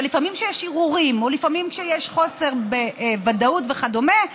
ולפעמים כשיש ערעורים או לפעמים כשיש חוסר ודאות וכדומה,